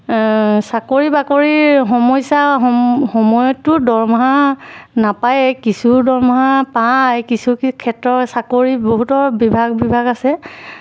চাকৰি বাকৰি সমস্যা সম সময়তো দৰমহা নাপায়েই কিছু দৰমহা পায় কিছু ক্ষেত্ৰত চাকৰি বহুতৰ বিভাগ বিভাগ আছে